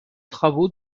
travaux